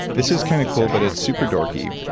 this is kind of cool. but it's super dorky.